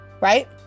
Right